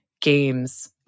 games